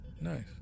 Nice